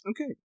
Okay